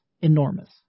Enormous